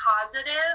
positive